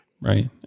Right